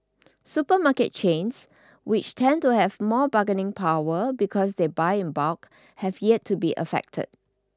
supermarket chains which tend to have more bargaining power because they buy in bulk have yet to be affected